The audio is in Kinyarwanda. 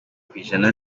kw’ijana